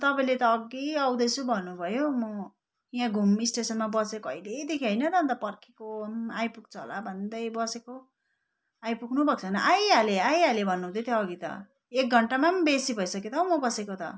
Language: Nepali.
तपाईँले त अघि आउँदैछु भन्नु भयो म यहाँ घुम स्टेसनमा बसेको अहिलेदेखि होइन त अन्त पर्खेको आइपुग्छ होला भन्दै बसेको आइपुग्नु भएको छैन आइहालेँ आइहालेँ भन्नु हुँदैथ्यो अघि त एक घन्टमा पनि बेसी भइसक्यो त हौ म बसेको त